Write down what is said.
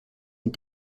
and